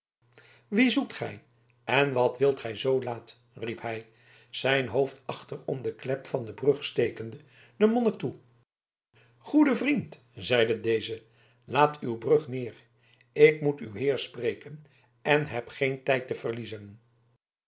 wien zoekt gij en wat wilt gij zoo laat riep hij zijn hoofd achter om de klep van de brug stekende den monnik toe goede vriend zeide deze laat uw brug neer ik moet uw heer spreken en heb geen tijd te verliezen